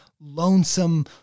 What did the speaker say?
lonesome